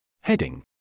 Heading